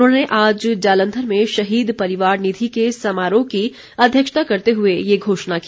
उन्होंने आज जालंधर में शहीद परिवार निधि के समारोह की अध्यक्षता करते हए ये घोषणा की